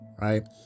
right